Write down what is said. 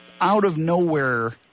out-of-nowhere